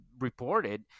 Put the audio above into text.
reported